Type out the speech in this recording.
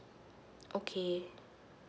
okay